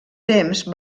temps